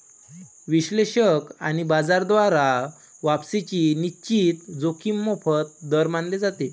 विश्लेषक आणि बाजार द्वारा वापसीची निश्चित जोखीम मोफत दर मानले जाते